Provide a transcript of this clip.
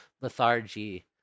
lethargy